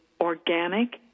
organic